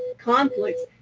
conflicts,